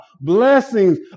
blessings